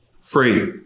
free